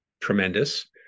tremendous